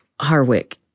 Harwick